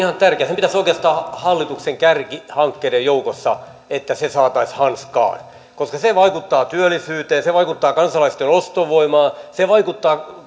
on ihan tärkeää sen pitäisi oikeastaan olla hallituksen kärkihankkeiden joukossa että se saataisiin hanskaan koska se vaikuttaa työllisyyteen se vaikuttaa kansalaisten ostovoimaan se vaikuttaa